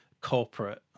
corporate